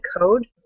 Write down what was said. code